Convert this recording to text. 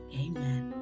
Amen